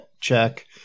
check